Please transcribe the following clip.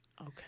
Okay